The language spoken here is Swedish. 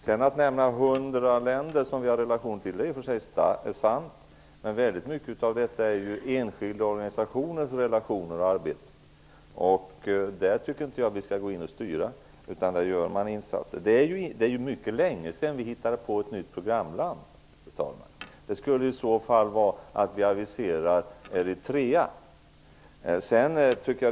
Det är vidare i och för sig sant att vi har relationer till 100 länder, men mycket av detta består av enskilda organisationers relationer och verksamhet. Detta tycker jag inte att vi skall styra. Det är mycket länge sedan som vi införde ett nytt programland. Kanske skulle vi kunna avisera Eritrea som ett nytt sådant.